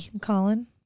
Colin